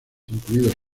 incluido